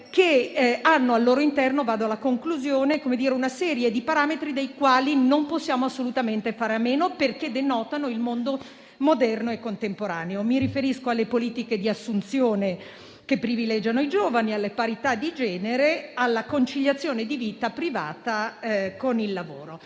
che hanno al loro interno una serie di parametri dei quali non possiamo assolutamente fare a meno, perché denotano il mondo moderno e contemporaneo. Mi riferisco alle politiche di assunzione che privilegiano i giovani, la parità di genere, la conciliazione della vita privata con il lavoro.